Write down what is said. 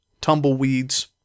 tumbleweeds